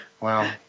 Wow